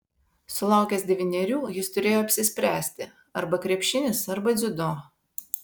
sulaukęs devynerių jis turėjo apsispręsti arba krepšinis arba dziudo